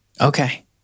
Okay